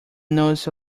notice